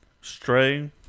Stray